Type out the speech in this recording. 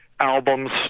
albums